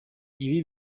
ibi